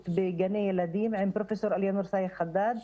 בגני ילדים עם פרופ' אלינור סאיג` חדאד,